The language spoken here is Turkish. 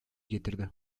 getirdi